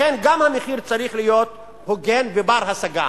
לכן, גם המחיר צריך להיות הוגן ובר-השגה.